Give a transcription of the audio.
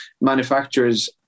manufacturers